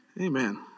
Amen